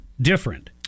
different